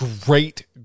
Great